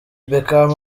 beckham